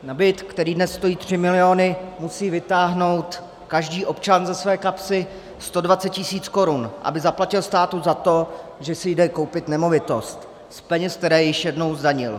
Na byt, který dnes stojí 3 miliony, musí vytáhnout každý občan ze své kapsy 120 tisíc korun, aby zaplatil státu za to, že si jde koupit nemovitost z peněz, které již jednou zdanil.